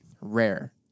rare